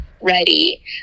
ready